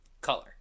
color